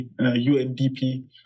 UNDP